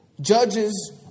judges